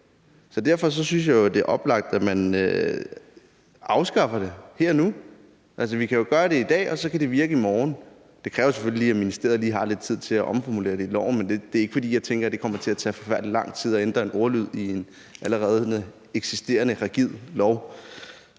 Derfor synes jeg, det er oplagt, at man afskaffer det her og nu. Altså, vi kan jo gøre det i dag, og så kan det virke i morgen. Det kræver selvfølgelig lige, at ministeriet lige har lidt tid til at omformulere det i loven. Men det er ikke, fordi jeg tænker, det kommer til at tage forfærdelig lang tid at ændre en ordlyd i en allerede eksisterende, rigid lov.